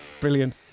brilliant